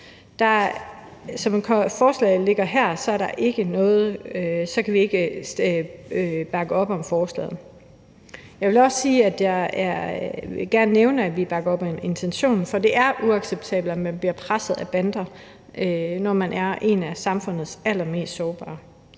Som forslaget ligger her, kan vi ikke bakke op om forslaget. Jeg vil også gerne nævne, at vi bakker intentionen op, for det er uacceptabelt, at man bliver presset af bander, når man er en af samfundets allermest sårbare.